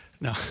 No